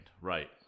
Right